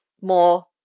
more